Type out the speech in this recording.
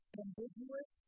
ambiguous